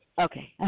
Okay